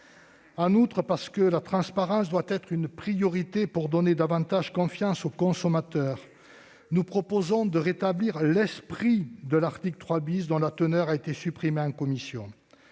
En outre, parce que la transparence doit être une priorité pour donner davantage confiance aux consommateurs, nous proposons de rétablir l'esprit de l'article 3 , qui a été vidé de sa substance en commission.